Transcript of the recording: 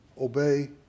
obey